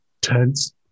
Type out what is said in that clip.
tense